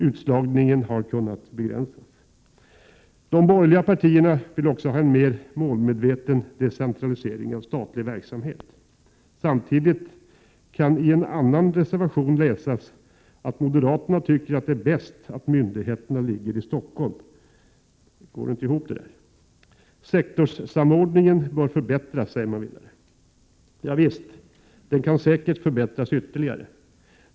Utslagningen har kunnat begränsas avsevärt. De borgerliga partierna vill också ha en mer målmedveten decentralisering av statlig verksamhet. Samtidigt kan i en annan reservation läsas att moderaterna tycker att det är bäst att myndigheterna ligger i Stockholm. Det går inte ihop. Sektorssamordningen bör förbättras, säger man vidare. Ja visst, den kan säkert förbättras ytterligare.